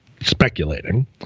speculating